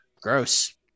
Gross